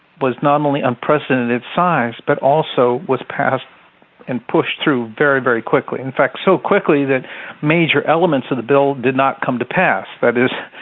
was not only unprecedented in size, but also was passed and pushed through very, very quickly in fact, so quickly that major elements of the bill did not come to pass that is,